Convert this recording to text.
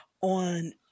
on